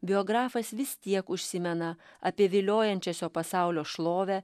biografas vis tiek užsimena apie viliojančią šio pasaulio šlovę